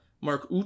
Mark